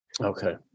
Okay